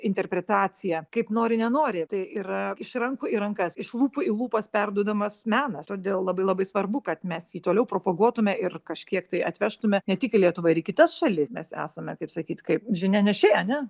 interpretaciją kaip nori nenori tai yra iš rankų į rankas iš lūpų į lūpas perduodamas menas todėl labai labai svarbu kad mes jį toliau propaguotume ir kažkiek tai atvežtume ne tik į lietuvą ir į kitas šalis mes esame kaip sakyt kaip žinianešiai ane